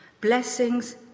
blessings